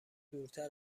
دورتر